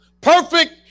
Perfect